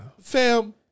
Fam